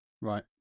right